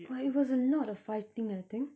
but it was a lot of fighting I think